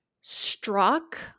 Struck –